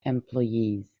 employees